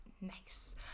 Nice